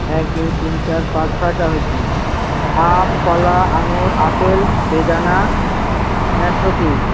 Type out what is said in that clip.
এক দুই তিন চার পাঁচ ছয়টা হয়েছে আম কলা আঙুর আপেল বেদানা নাশপাতি